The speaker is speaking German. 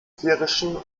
tierischen